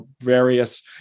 various